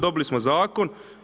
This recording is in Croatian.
Dobili smo zakon.